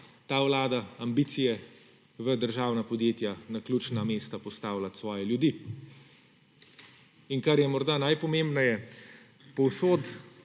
ta vlada ambicije v državna podjetja na ključna mesta postavljati svoje ljudi. In kar je morda najpomembneje, povsod